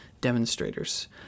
demonstrators